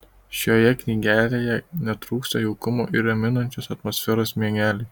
šioje knygelėje netrūksta jaukumo ir raminančios atmosferos miegeliui